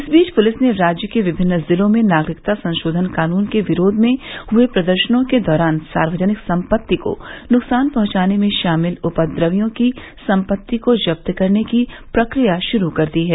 इस बीच पुलिस ने राज्य के विभिन्न जिलों में नागरिकता संशोधन कानून के विरोध में हुए प्रदर्शनों के दौरान सार्वजनिक संपत्ति को नुकसान पहुंचाने में शामिल उपद्रवियों की संपत्ति को जब्त करने की प्रक्रिया शुरू कर दी है